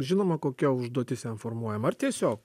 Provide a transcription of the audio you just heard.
žinoma kokia užduotis jam formuojama ar tiesiog